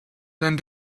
than